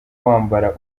wambara